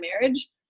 marriage